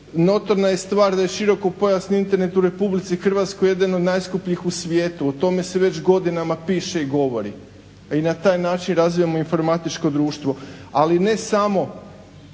Notorna je stvar da je širokopojasni Internet u Republici Hrvatskoj jedan od najskupljih u svijetu. O tome se već godinama piše i govori, a i na taj način razvijamo informatičko društvo. Ali ne samo,